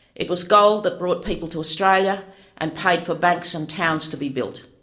it was gold that brought people to australia and paid for banks and towns to be built.